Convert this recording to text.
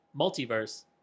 multiverse